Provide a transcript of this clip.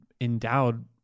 endowed